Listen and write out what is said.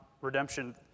redemption